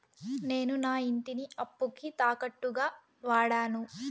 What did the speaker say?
నేను నా ఇంటిని అప్పుకి తాకట్టుగా వాడాను